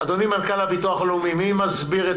אדוני, מנכ"ל הביטוח הלאומי, אנא הסבר את